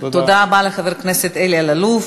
תודה רבה לחבר הכנסת אלי אלאלוף.